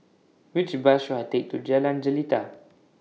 Which Bus should I Take to Jalan Jelita